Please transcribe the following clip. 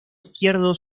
izquierdo